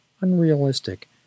unrealistic